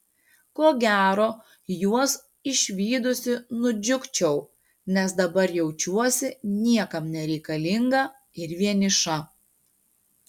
ko gero juos išvydusi nudžiugčiau nes dabar jaučiuosi niekam nereikalinga ir vieniša